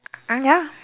ah ya